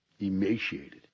emaciated